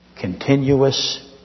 Continuous